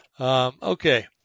Okay